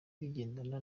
bigendana